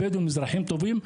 הבדואים אזרחים טובים.